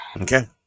Okay